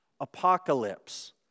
apocalypse